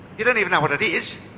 you don't even know what that is.